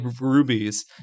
rubies